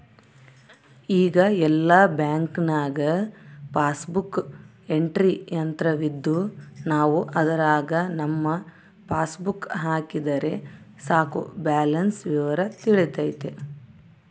ಈಗ ಎಲ್ಲ ಬ್ಯಾಂಕ್ನಾಗ ಪಾಸ್ಬುಕ್ ಎಂಟ್ರಿ ಯಂತ್ರವಿದ್ದು ನಾವು ಅದರಾಗ ನಮ್ಮ ಪಾಸ್ಬುಕ್ ಹಾಕಿದರೆ ಸಾಕು ಬ್ಯಾಲೆನ್ಸ್ ವಿವರ ತಿಳಿತತೆ